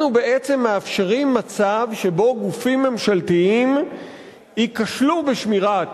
אנחנו בעצם מאפשרים מצב שבו גופים ממשלתיים ייכשלו בשמירת